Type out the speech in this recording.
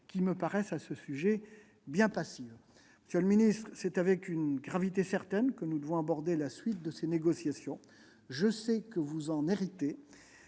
qui me paraissent à ce sujet bien passives. Monsieur le ministre, c'est avec une gravité certaine que nous devons aborder la suite de ces négociations, dont vous avez hérité.